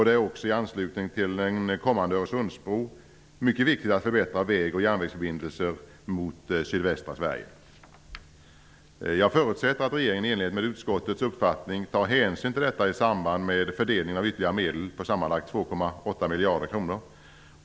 Det är också i anslutning till en kommande Öresundsbro mycket viktigt att förbättra väg och järnvägsförbindelser mot sydvästra Sverige. Jag förutsätter att regeringen i enlighet med utskottets uppfattning tar hänsyn till detta i samband med fördelningen av ytterligare medel på sammanlagt 2,8 miljarder kronor.